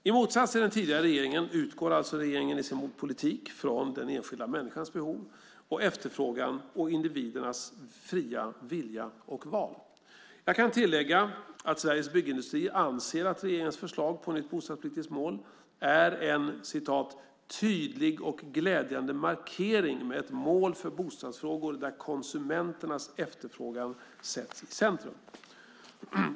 I motsats till den tidigare regeringen utgår alltså regeringen i sin politik från den enskilda människans behov och efterfrågan och från individernas fria vilja och val. Jag kan tillägga att Sveriges Byggindustrier anser att regeringens förslag om ett nytt bostadspolitiskt mål är en "tydlig och glädjande markering med ett mål för bostadsfrågor där konsumenternas efterfrågan sätts i centrum".